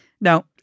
No